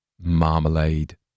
marmalade